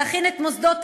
להכין את מוסדות